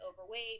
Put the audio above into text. overweight